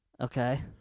okay